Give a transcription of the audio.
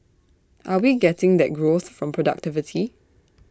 are we getting that growth from productivity